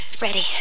Ready